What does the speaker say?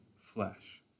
flesh